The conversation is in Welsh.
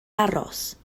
aros